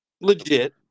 legit